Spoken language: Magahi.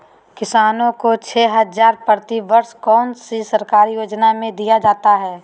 किसानों को छे हज़ार प्रति वर्ष कौन सी सरकारी योजना से दिया जाता है?